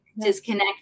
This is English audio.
disconnect